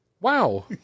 Wow